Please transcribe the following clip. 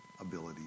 ability